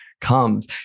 comes